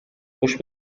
خوش